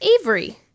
Avery